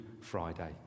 Friday